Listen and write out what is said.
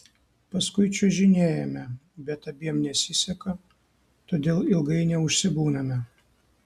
paskui čiuožinėjame bet abiem nesiseka todėl ilgai neužsibūname